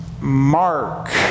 Mark